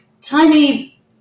Tiny